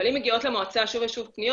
אבל אם מגיעות פניות שוב ושוב למועצה